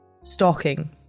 stalking